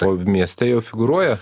o mieste jau figūruoja